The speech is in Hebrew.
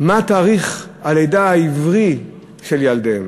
מה התאריך הלידה העברי של ילדיהם.